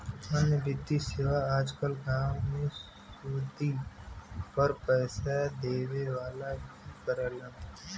अन्य वित्तीय सेवा आज कल गांव में सुदी पर पैसे देवे वाले भी करलन